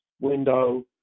window